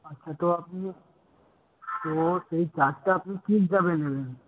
আচ্ছা তো আপনি তো সেই চার্জটা আপনি কি হিসাবে নেবেন